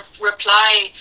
reply